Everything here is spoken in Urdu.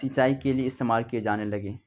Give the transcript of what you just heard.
سینچائی کے لیے استعمال کیے جانے لگے